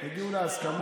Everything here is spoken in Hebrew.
הגיעו להסכמות.